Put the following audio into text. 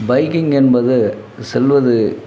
biking என்பது செல்வது